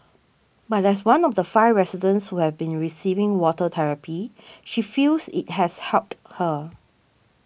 but as one of the five residents who have been receiving water therapy she feels it has helped her